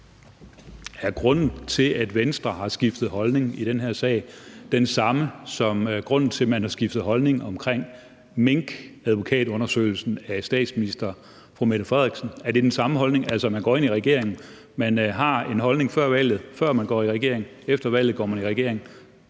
Er grunden til, at Venstre har skiftet holdning i den her sag, den samme som grunden til, at man har skiftet holdning til advokatundersøgelsen af statsministeren i minksagen? Er det den samme holdning, altså at man går ind i en regering, og man har en holdning før valget, før man går i regering, og efter valget går man i regering,